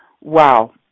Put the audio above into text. wow